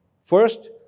First